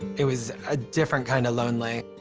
it was a different kinda lonely.